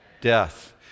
death